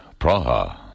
Praha